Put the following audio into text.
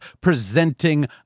presenting